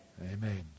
amen